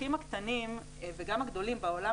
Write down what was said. הבקבוקים הקטנים וגם הגדולים בעולם,